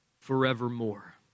forevermore